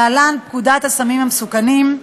להלן: פקודת הסמים המסוכנים,